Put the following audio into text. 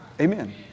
Amen